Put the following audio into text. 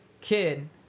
kid